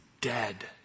dead